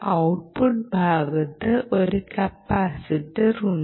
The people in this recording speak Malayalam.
ഔട്ട്പുട്ട് ഭാഗത്ത് ഒരു കപ്പാസിറ്റർ ഉണ്ട്